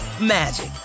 magic